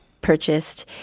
purchased